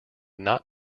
not